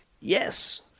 Yes